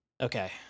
Okay